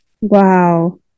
Wow